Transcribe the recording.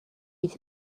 эти